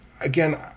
again